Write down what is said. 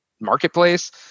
marketplace